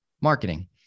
Marketing